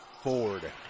Ford